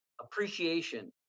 appreciation